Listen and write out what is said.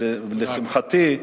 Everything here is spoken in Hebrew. ולשמחתי,